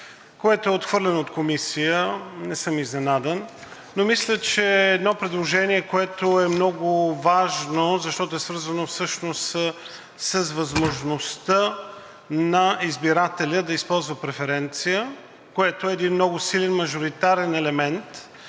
което е отхвърлено от Комисията. Не съм изненадан, но мисля, че е едно предложение, което е много важно, защото е свързано всъщност с възможността на избирателя да използва преференция, което е много силен мажоритарен елемент.